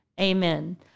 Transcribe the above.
amen